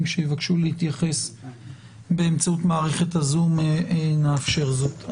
שיבקשו להתייחס באמצעות מערכת הזום נאפשר זאת.